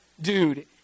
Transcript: dude